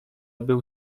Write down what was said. był